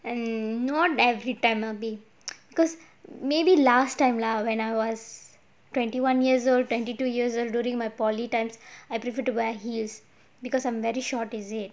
and not every time erby because maybe last time lah when I was twenty one years old twenty two years during my polytechnic times I prefer to wear heels because I'm very short is it